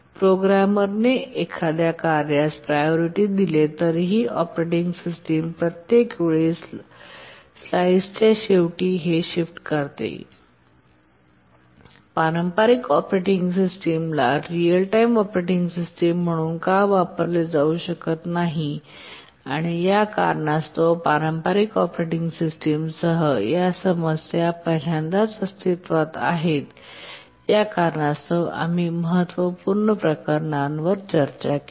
प्रोग्रामरने एखाद्या कार्यास प्रायोरिटी दिले तरीही ऑपरेटिंग सिस्टम प्रत्येक वेळी स्लाइसच्या शेवटी हे शिफ्ट करते पारंपारिक ऑपरेटिंग सिस्टमला रिअल टाइम ऑपरेटिंग सिस्टम म्हणून का वापरले जाऊ शकत नाही आणि त्या कारणास्तव पारंपारिक ऑपरेटिंग सिस्टमसह या समस्या पहिल्यांदाच अस्तित्त्वात आहेत या कारणास्तव आम्ही महत्त्वपूर्ण प्रकरणांवर चर्चा केली